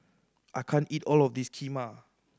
I can't eat all of this Kheema